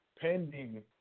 pending